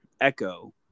Echo